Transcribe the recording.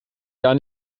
jahr